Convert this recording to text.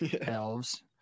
elves